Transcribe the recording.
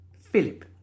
Philip